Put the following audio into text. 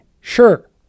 Sure